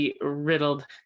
riddled